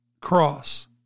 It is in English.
cross